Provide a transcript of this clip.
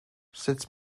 sut